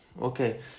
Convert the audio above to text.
Okay